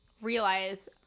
realize